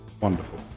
wonderful